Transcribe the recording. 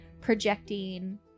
projecting